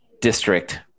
district